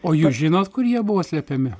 o jūs žinot kur jie buvo slepiami